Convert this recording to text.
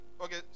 okay